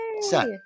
set